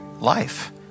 life